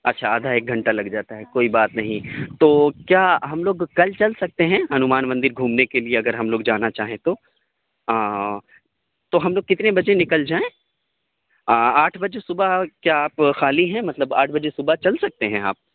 اچھا آدھا ایک گھنٹہ لگ جاتا ہے کوئی بات نہیں تو کیا ہم لوگ کل چل سکتے ہیں ہنومان مندر گھومنے کے لیے اگر ہم لوگ جانا چاہیں تو تو ہم لوگ کتنے بجے نکل جائیں آٹھ بجے صبح کیا آپ خالی ہیں مطلب آٹھ بجے صبح چل سکتے ہیں آپ